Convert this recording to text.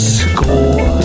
score